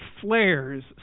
flares